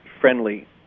friendly